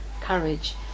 courage